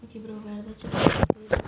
அப்புறம் வேற எதாச்சி:appuram vera yaethachi